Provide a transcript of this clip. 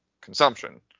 consumption